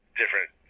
different